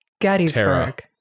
Gettysburg